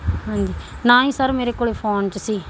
ਹਾਂਜੀ ਨਾ ਹੀ ਸਰ ਮੇਰੇ ਕੋਲ ਫੋਨ 'ਚ ਸੀ